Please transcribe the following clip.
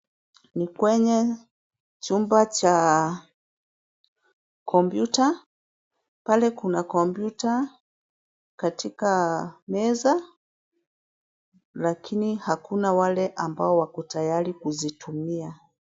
Ni kwenye chumba cha kompyuta. Pale kuna kompyuta katika meza lakini hakuna wale ambao wako tayari kuzitumia.